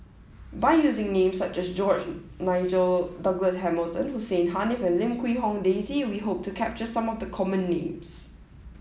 by using names such as George Nigel Douglas Hamilton Hussein Haniff and Lim Quee Hong Daisy we hope to capture some of the common names